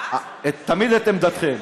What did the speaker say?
תמיד את עמדתכם,